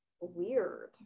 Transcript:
weird